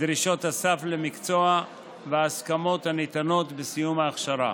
דרישות הסף למקצוע וההסמכות הניתנות בסיום ההכשרה.